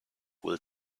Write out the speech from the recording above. will